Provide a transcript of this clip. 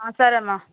సరే అమ్మ